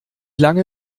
lange